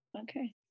Okay